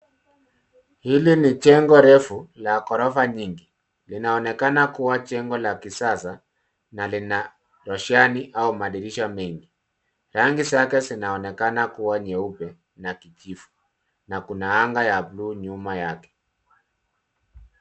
Hili ni jengo refu la ghorofa nyingi. Linaonekana kuwa jengo la kisasa na lina roshani au madirisha mengi. Rangi zake zinaonekana kuwa nyeupe na kijivu na kuna anga ya buluu nyuma yake.